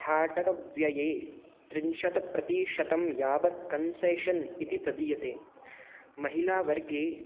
भाटकव्यये त्रिंशत्प्रतिशतं यावत् कन्सेशन् इति प्रदीयते महिलावर्गे